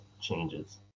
changes